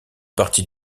partie